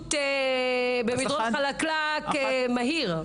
הידרדרות במדרון חלקלק מהיר.